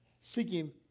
Seeking